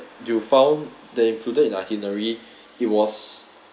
you found that included in itinerary it was